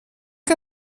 que